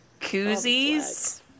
Koozies